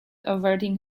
averting